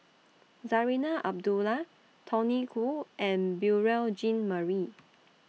Zarinah Abdullah Tony Khoo and Beurel Jean Marie